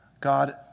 God